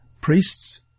priests